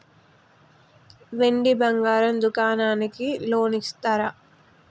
వెండి బంగారం దుకాణానికి లోన్ ఇస్తారా?